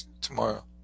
tomorrow